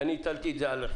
כי אני הטלתי את זה עליכם.